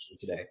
today